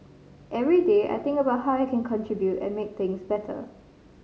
every day I think about how I can contribute and make things better